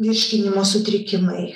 virškinimo sutrikimai